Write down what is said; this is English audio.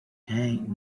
then